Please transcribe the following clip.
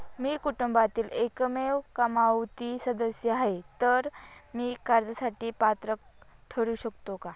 मी कुटुंबातील एकमेव कमावती सदस्य आहे, तर मी कर्जासाठी पात्र ठरु शकतो का?